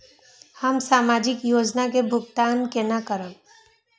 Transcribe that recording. हम सामाजिक योजना के भुगतान केना करब?